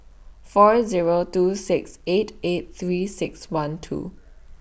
four Zero two six eight eight three six one two